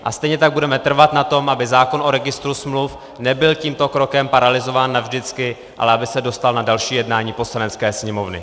A stejně tak budeme trvat na tom, aby zákon o registru smluv nebyl tímto krokem paralyzován navždycky, ale aby se dostal na další jednání Poslanecké sněmovny.